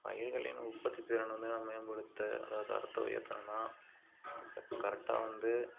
பயிர்களின் உற்பத்தி திறன் வந்து நான் மேம்படுத்த அதாவது தரத்தை உயர்த்தணுன்னால் இப்போ கரெக்டாக வந்து